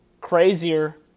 crazier